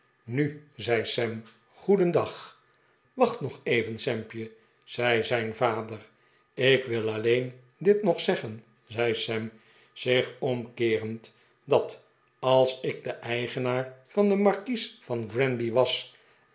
nu zei sam goedendagi wacht nog even sampje zei zijn vader ik wil alleen dit nog zeggen zei sam zich omkeerend dat als ik de eigenaar van de markies van granby was